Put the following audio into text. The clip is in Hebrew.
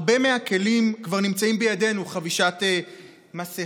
הרבה מהכלים כבר נמצאים בידינו: חבישת מסכה,